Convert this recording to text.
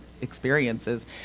experiences